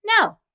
No